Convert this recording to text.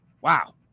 Wow